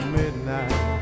midnight